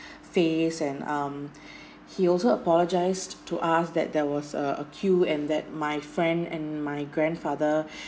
face and um he also apologised to us that there was a a queue and that my friend and my grandfather